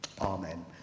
Amen